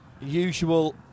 usual